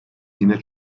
yine